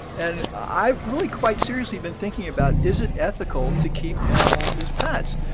and i've really quite seriously been thinking about, is it ethical to keep animals as pets?